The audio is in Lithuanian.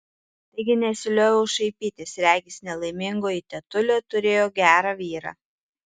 taigi nesilioviau šaipytis regis nelaimingoji tetulė turėjo gerą vyrą